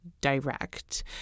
direct